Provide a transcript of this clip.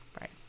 Right